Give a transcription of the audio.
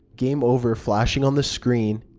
game over flashing on the screen.